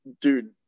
dude